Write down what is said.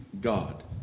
God